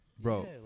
Bro